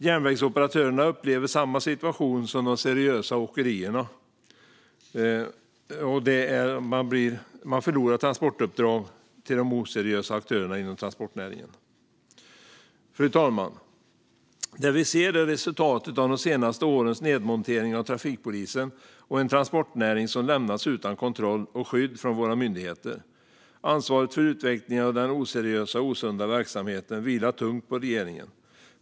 Järnvägsoperatörerna upplever samma situation som de seriösa åkerierna - man förlorar transportuppdrag till de oseriösa aktörerna inom transportnäringen. Fru talman! Det vi ser är resultatet av de senaste årens nedmontering av trafikpolisen och en transportnäring som lämnats utan kontroll och skydd från våra myndigheter. Ansvaret för utvecklingen av den oseriösa och osunda verksamheten vilar tungt på regeringen.